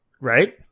Right